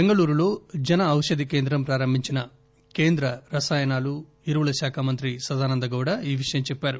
బెంగుళూరులో జన ఔషధి కేంద్రం ప్రారంభించిన కేంద్ర రసాయనాలు ఎరువుల శాఖ మంత్రి సదానందగౌడ ఈ విషయం చెప్పారు